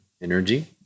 energy